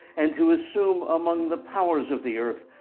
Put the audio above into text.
and to assume among the powers of the earth,